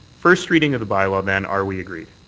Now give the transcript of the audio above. first reading of the bylaw, then. are we agreed?